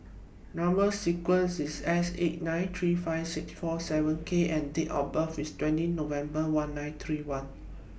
Number sequences IS S eight nine three five six four seven K and Date of birth IS twenty November one nine three one